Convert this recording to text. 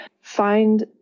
find